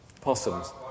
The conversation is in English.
Possums